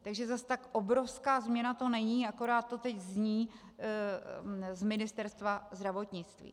Takže zas tak obrovská změna to není, jen to teď zní z Ministerstva zdravotnictví.